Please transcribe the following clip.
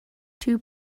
two